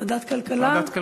ועדת כלכלה,